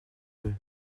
eux